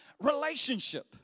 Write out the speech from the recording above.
relationship